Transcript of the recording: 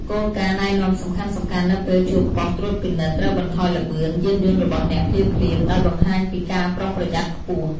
គោលការណ៍ណែនាំសំខាន់ៗនៅពេលជួបប៉ុស្តិ៍ត្រួតពិនិត្យត្រូវបន្ថយល្បឿន យានយន្តរបស់អ្នកភ្លាមៗ ដោយបង្ហាញពីការប្រុងប្រយ័ត្នខ្ពស់។